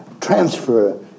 transfer